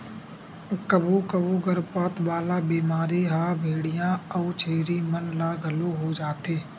कभू कभू गरभपात वाला बेमारी ह भेंड़िया अउ छेरी मन ल घलो हो जाथे